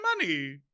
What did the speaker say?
money